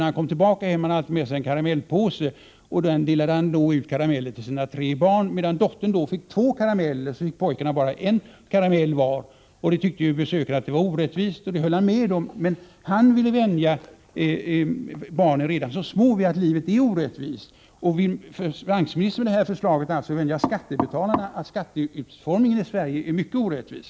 När han kom tillbaka hade han alltid med sig en karamellpåse. Så delade han ut karameller till sina tre barn. Dottern fick två karameller, medan pojkarna fick bara en karamell var. Detta tyckte ju besökare var orättvist, vilket Gustav Cassel höll med om. Men han ville vänja barnen redan när de var små vid att livet är orättvist. Vill finansministern med det här förslaget vänja skattebetalarna vid att skatteutformningen i Sverige är mycket orättvis?